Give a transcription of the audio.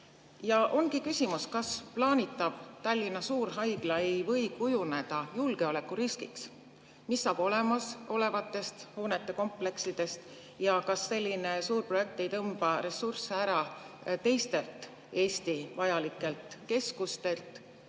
ongi küsimus: kas plaanitav Tallinna suurhaigla ei või kujuneda julgeolekuriskiks? Mis saab olemasolevatest hoonekompleksidest ja kas selline suur projekt ei tõmba ressursse ära teistelt Eesti vajalikelt keskustelt?